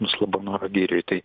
mus labanoro girioj tai